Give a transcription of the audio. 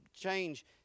change